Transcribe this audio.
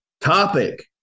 topic